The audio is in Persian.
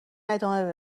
ادامه